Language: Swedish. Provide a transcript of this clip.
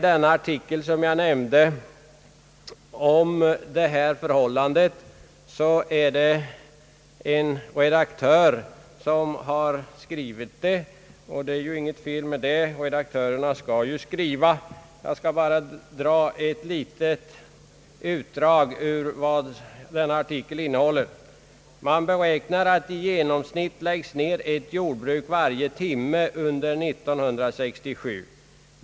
Den artikel som jag nyss nämnde är skriven av en redaktör, och det är väl inget fel i det — redaktörer skall ju skriva. Jag skall anföra ett litet utdrag ur denna artikel. »Man beräknar att i genomsnitt läggs ned ett jordbruk varje timme under 1967.